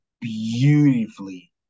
beautifully